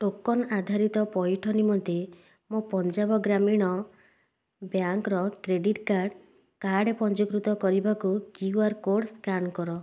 token ଆଧାରିତ ପଇଠ ନିମନ୍ତେ ମୋ ପଞ୍ଜାବ ଗ୍ରାମୀଣ ବ୍ୟାଙ୍କର କ୍ରେଡ଼ିଟ୍ କାର୍ଡ଼ କାର୍ଡ଼ ପଞ୍ଜୀକୃତ କରିବାକୁ କ୍ୟୁ ଆର୍ କୋଡ଼୍ ସ୍କାନ୍ କର